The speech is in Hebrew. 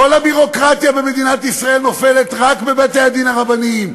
כל הביורוקרטיה במדינת ישראל נופלת רק בבתי-הדין הרבניים,